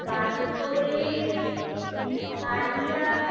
কাতলের কালিয়া